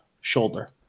shoulder